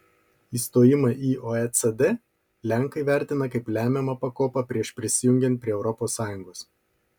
įstojimą į oecd lenkai vertina kaip lemiamą pakopą prieš prisijungiant prie europos sąjungos